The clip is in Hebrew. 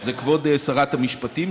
זה כבוד שרת המשפטים,